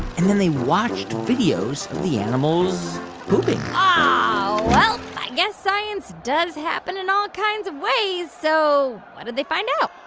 and then they watched videos of the animals pooping um ah. well, i guess science does happen in all kinds of ways. so what did they find out?